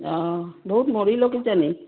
অঁ বহুত